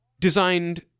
Designed